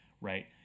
right